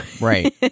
right